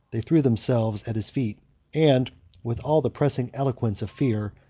they threw themselves at his feet and with all the pressing eloquence of fear,